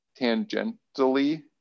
tangentially